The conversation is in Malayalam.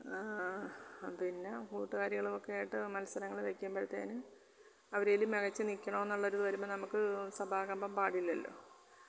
പിന്നെ കുട്ടുകാരികൾ ഒക്കെ ആയിട്ട് മത്സരങ്ങള് വയ്ക്കുമ്പഴത്തേനും അവരില് മികച്ച് നിൽക്കണം എന്നുള്ളൊരു വരുമ്പം നമുക്ക് സഭാകമ്പം പാടില്ലല്ലോ